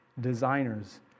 designers